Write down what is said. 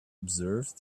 observe